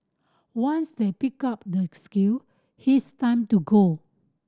once they pick up the skill his time to go